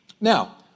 Now